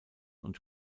und